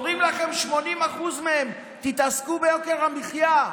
אומרים לכם 80% מהם: תתעסקו ביוקר המחיה,